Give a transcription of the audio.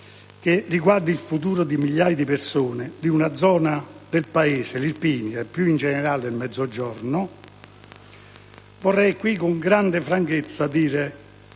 che riguarda il futuro di migliaia di persone, di una zona del Paese, l'Irpinia, e più in generale del Mezzogiorno, vorrei con grande franchezza dire